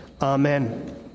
Amen